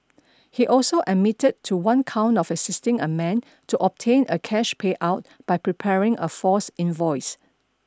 he also admitted to one count of assisting a man to obtain a cash payout by preparing a false invoice